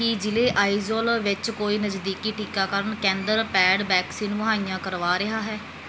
ਕੀ ਜਿਲ੍ਹੇ ਆਈਜ਼ੌਲ ਵਿੱਚ ਕੋਈ ਨਜ਼ਦੀਕੀ ਟੀਕਾਕਰਨ ਕੇਂਦਰ ਪੈਡ ਵੈਕਸੀਨ ਮੁਹੱਈਆ ਕਰਵਾ ਰਿਹਾ ਹੈ